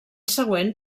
següent